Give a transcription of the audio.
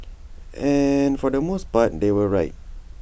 and for the most part they were right